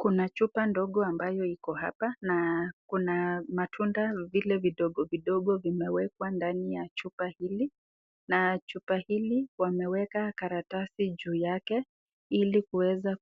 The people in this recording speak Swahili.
Kuna chupa ndogo ambayo iko hapa na kuna matunda vile vidogo vidogo vimewekwa ndani ya chupa hili na chupa hili wameweka karatasi juu yake ili